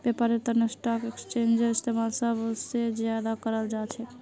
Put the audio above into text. व्यापारेर तना स्टाक एक्स्चेंजेर इस्तेमाल सब स ज्यादा कराल जा छेक